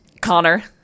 Connor